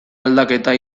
aldaketa